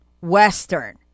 Western